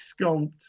sculpt